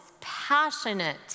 passionate